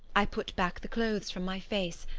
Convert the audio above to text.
i put back the clothes from my face,